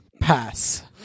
Pass